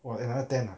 !wah! another ten ah